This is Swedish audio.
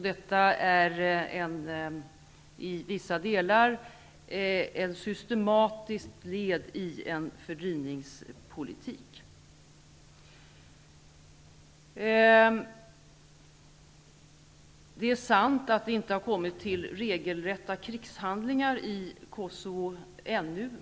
Detta är i vissa delar led i en systematisk fördrivningspolitik. Det är sant att det inte har kommit till regelrätta krigshandlingar i Kosovo, ännu.